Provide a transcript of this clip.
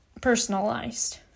personalized